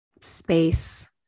space